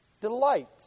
delight